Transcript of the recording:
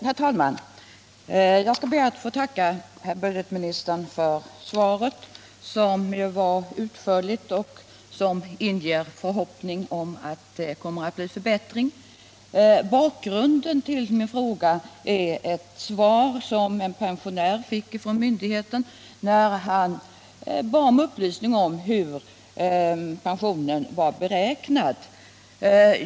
Herr talman! Jag ber att få tacka budgetministern för svaret, som var utförligt och som inger förhoppningar om förbättringar. Bakgrunden till min fråga har varit ett svar som en pensionär fick från myndigheten, när han önskade upplysning om hur hans pension var beräknad.